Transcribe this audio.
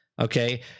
okay